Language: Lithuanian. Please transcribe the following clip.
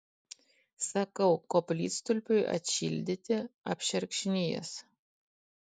sakau koplytstulpiui atšildyti apšerkšnijęs